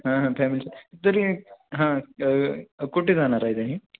हां हां फॅमिली तरी हां कुठे जाणार आहे तरी